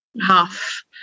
half